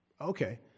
Okay